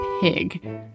pig